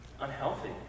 unhealthy